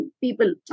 people